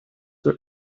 were